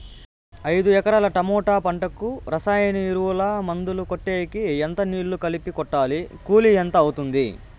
ఐదు ఎకరాల టమోటా పంటకు రసాయన ఎరువుల, మందులు కొట్టేకి ఎంత నీళ్లు కలిపి కొట్టాలి? కూలీ ఎంత అవుతుంది?